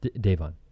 Devon